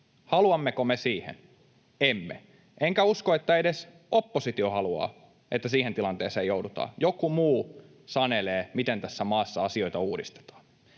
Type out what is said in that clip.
Haluammeko me siihen? Emme, enkä usko, että edes oppositio haluaa, että siihen tilanteeseen joudutaan ja joku muu sanelee, miten tässä maassa asioita uudistetaan.